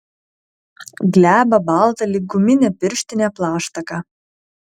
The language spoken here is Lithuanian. glebią baltą lyg guminė pirštinė plaštaką